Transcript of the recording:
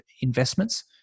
investments